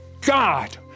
God